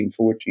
1914